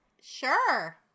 Sure